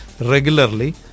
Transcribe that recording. regularly